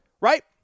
right